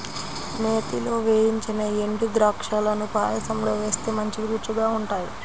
నేతిలో వేయించిన ఎండుద్రాక్షాలను పాయసంలో వేస్తే మంచి రుచిగా ఉంటాయి